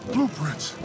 Blueprints